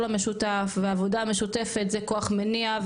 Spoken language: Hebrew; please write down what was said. המשותף והעבודה המשותפת הם כוח מניע,